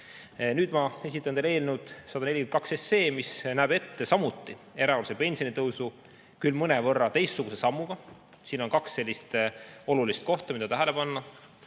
Nüüd ma esitlen teile eelnõu 142, mis näeb ette samuti erakorralise pensionitõusu, küll mõnevõrra teistsuguse sammuga. Siin on kaks olulist kohta, mida tähele panna.